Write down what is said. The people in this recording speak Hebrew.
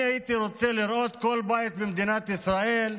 אני הייתי רוצה לראות כל בית במדינת ישראל,